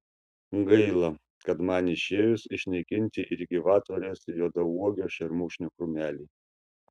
gaila kad man išėjus išnaikinti ir gyvatvorės juodauogio šermukšnio krūmeliai